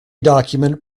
document